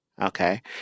Okay